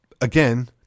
again